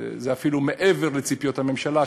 זה אפילו מעבר לציפיות הממשלה,